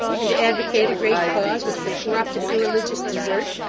and to advocate a great cause which the corrupt and irreligious desert,